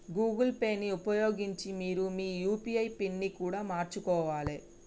Google Pay ని ఉపయోగించి మీరు మీ యూ.పీ.ఐ పిన్ని కూడా మార్చుకోవాలే